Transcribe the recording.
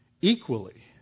equally